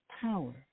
power